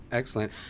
excellent